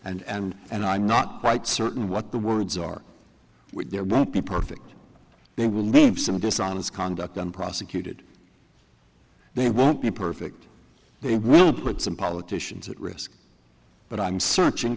and and and i'm not quite certain what the words are there won't be perfect they will leave some dishonest conduct on prosecuted they won't be perfect they will put some politicians at risk but i'm searching